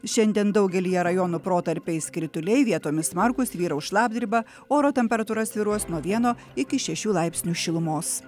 šiandien daugelyje rajonų protarpiais krituliai vietomis smarkūs vyraus šlapdriba oro temperatūra svyruos nuo vieno iki šešių laipsnių šilumos